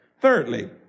Thirdly